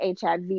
HIV